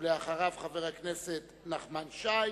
ואחריו, חבר הכנסת נחמן שי,